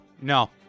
No